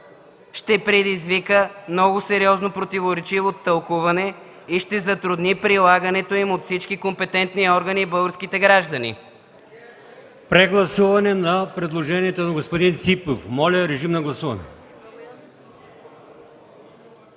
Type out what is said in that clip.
ще предизвика много сериозно и противоречиво тълкуване, и ще затрудни прилагането му от всички компетентни органи и българските граждани. ПРЕДСЕДАТЕЛ АЛИОСМАН ИМАМОВ: Прегласуваме предложението на господин Ципов. Моля, режим на гласуване.